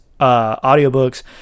audiobooks